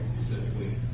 specifically